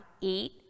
eat